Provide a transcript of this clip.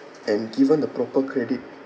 and given the proper credit